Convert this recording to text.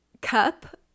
cup